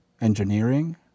engineering